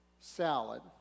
Salad